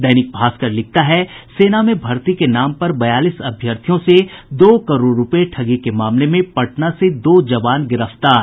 दैनिक भास्कर लिखता है सेना में भर्ती के नाम पर बयालीस अभ्यर्थियों से दो करोड़ रूपये ठगी के मामले में पटना से दो जवान गिरफ्तार